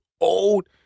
old